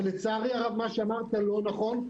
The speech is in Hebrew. אבל לצערי הרב מה שאמרת לא נכון.